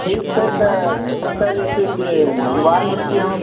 ठीक छै तऽ पैसा जे छै भेजबाऽ दै छी हम